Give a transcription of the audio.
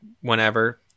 whenever